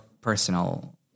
personal